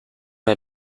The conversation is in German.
mir